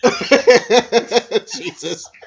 Jesus